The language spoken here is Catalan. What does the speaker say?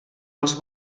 els